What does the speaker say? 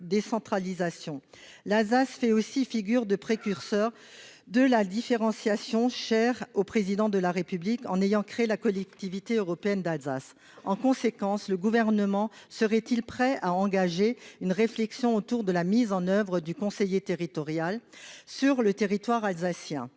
l'Alsace fait aussi figure de précurseur de la différenciation chère au Président de la République, puisqu'elle a créé la Collectivité européenne d'Alsace. Le Gouvernement serait-il prêt à engager une réflexion sur la mise en oeuvre de ce conseiller territorial dans le territoire alsacien ?